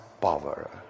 power